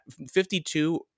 52